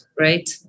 right